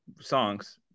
songs